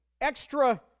extra